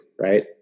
Right